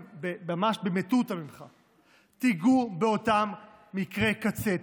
ממש במטותא ממך: תיגעו באותם מקרי קצה,